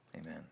Amen